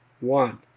One